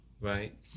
right